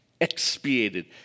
expiated